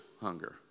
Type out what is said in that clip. hunger